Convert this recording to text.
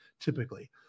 typically